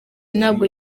ntabwo